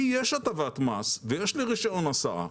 לי יש הטבת מס ויש לי רישיון הסעה,